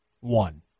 One